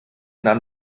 nahm